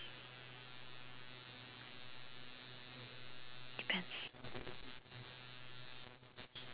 depends